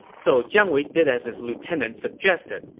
so jiang wei did as his lieutenant suggested.